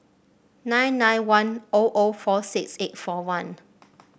nine nine one O O four six eight four one